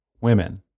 women